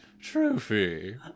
trophy